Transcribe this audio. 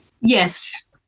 Yes